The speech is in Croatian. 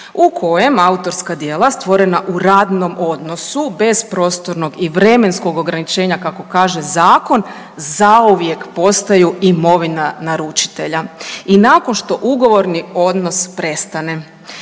u kojem autorska djela stvorena u radnom odnosu bez prostornog i vremenskog ograničenja kako kaže zakon zauvijek postaju imovina naručitelja i nakon što ugovorni odnos prestane.